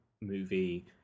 movie